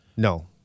No